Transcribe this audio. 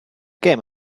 gêm